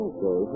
Okay